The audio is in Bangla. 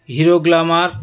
hero Glamour